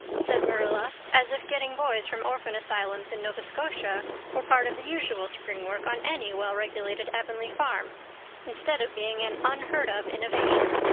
said marilla, as if getting boys from orphan asylums in nova scotia were part of the usual spring work on any well-regulated avonlea farm instead of being an unheard of innovation.